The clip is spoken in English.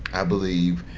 i believe,